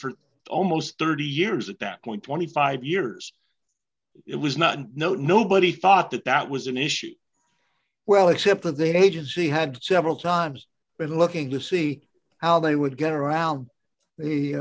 for almost thirty years at that point twenty five years it was not know nobody thought that that was an issue well except that they just see had several times been looking to see how they would get around the